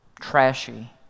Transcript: trashy